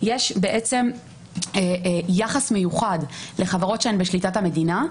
יש בעצם יחס מיוחד לחברות שהן בשליטת המדינה,